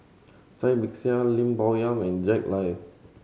Cai Bixia Lim Bo Yam and Jack Lai